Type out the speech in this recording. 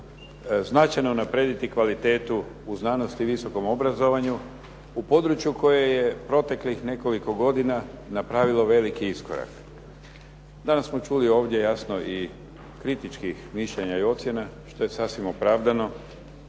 značajno unaprijediti kvalitetu u znanosti i visokom obrazovanju u području koje je proteklih nekoliko godina napravilo veliki iskorak. Danas smo čuli ovdje, jasno i kritičkih mišljenja i ocjena, što je sasvim opravdano